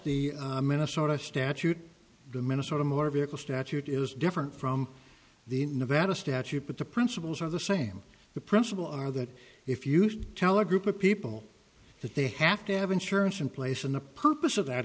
the minnesota statute the minnesota motor vehicle statute is different from the nevada statute but the principles are the same the principle are that if you should tell a group of people that they have to have insurance in place in the purpose of that